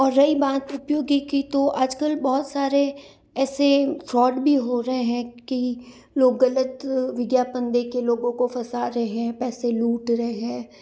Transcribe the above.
और रही बात उपयोगी की तो आज कल बहुत सारे ऐसे फ़्रॉड भी हो रहे हैं कि लोग ग़लत विज्ञापन दे कर लोगों को फंसा रहे हैं पैसे लूट रहे हैं